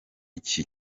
iki